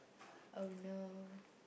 oh no